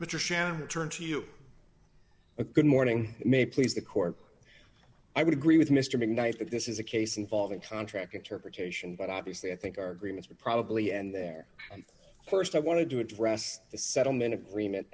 return to you a good morning may please the court i would agree with mr mcknight that this is a case involving contract interpretation but obviously i think our agreements are probably end there and st i wanted to address the settlement agreement